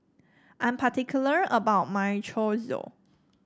I'm particular about my Chorizo